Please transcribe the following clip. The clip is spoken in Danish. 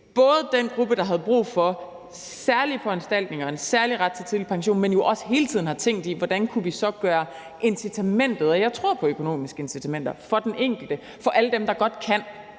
set den gruppe, der havde brug for særlige foranstaltninger og en særlig ret til tidlig pension, men jo også hele tiden har tænkt i, hvordan vi så kunne gøre incitamentet større. Og jeg tror på økonomiske incitamenter for den enkelte, for alle dem, der godt kan